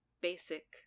basic